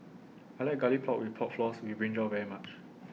I like Garlic Pork and Pork Floss with Brinjal very much